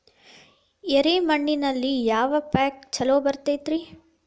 ಎರೆ ಮಣ್ಣಿನಲ್ಲಿ ಯಾವ ಪೇಕ್ ಛಲೋ ಬರತೈತ್ರಿ?